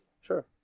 Sure